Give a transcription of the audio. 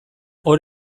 hor